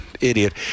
idiot